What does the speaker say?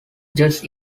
just